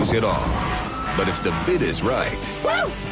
it all but if the bid is right